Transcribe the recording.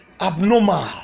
abnormal